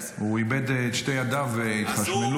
הוא איבד את שתי ידיו בהתחשמלות.